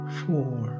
four